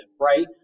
right